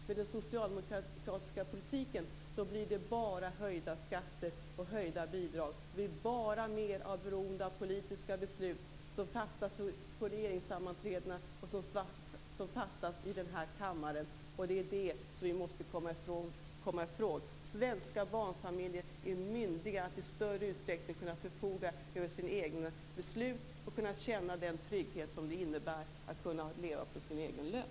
Med den socialdemokratiska politiken blir det bara höjda skatter och höjda bidrag. Beroendet av politiska beslut som fattas på regeringssammanträdena och i denna kammare bli bara större. Det är det som vi måste komma ifrån. Svenska barnfamiljer är myndiga att i större utsträckning förfoga över sina egna beslut och känna den trygghet som det innebär att kunna leva på sin egen lön.